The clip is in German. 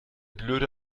blöde